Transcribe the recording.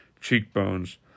cheekbones